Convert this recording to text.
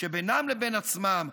בינם לבין עצמם,